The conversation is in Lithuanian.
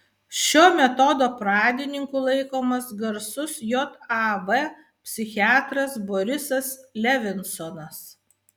šio metodo pradininku laikomas garsus jav psichiatras borisas levinsonas